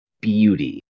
beauty